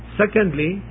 secondly